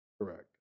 Correct